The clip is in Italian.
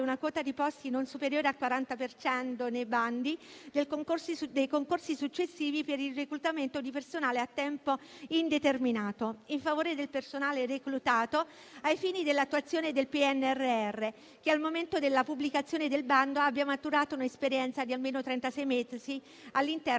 una quota di posti, non superiore al 40 per cento, nei bandi dei concorsi successivi per il reclutamento di personale a tempo indeterminato, in favore del personale reclutato ai fini dell'attuazione del PNRR che, al momento della pubblicazione del bando, abbia maturato un'esperienza di almeno trentasei mesi all'interno